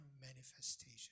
manifestation